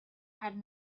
had